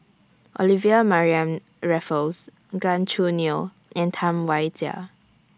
Olivia Mariamne Raffles Gan Choo Neo and Tam Wai Jia